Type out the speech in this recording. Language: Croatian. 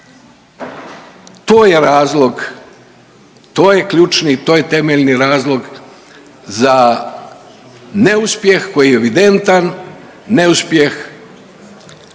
To je razlog, to je ključni, to je temeljni razlog za neuspjeh koji je evidentan, neuspjeh